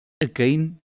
Again